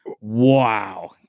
wow